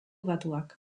batuak